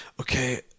Okay